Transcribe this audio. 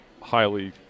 Highly